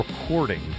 recording